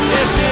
Yes